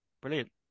brilliant